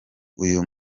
uyu